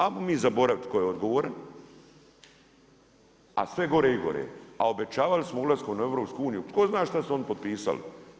Ajmo mi zaboraviti tko je odgovoran, a sve gore i gore, a obećavali smo ulaskom u EU, tko zna što su oni potpisali.